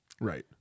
Right